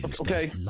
okay